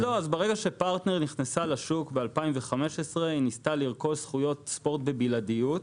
ברגע שפרטנר נכנסה לשוק ב-2015 היא ניסתה לרכוש זכויות ספורט בבלעדיות,